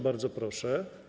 Bardzo proszę.